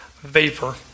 vapor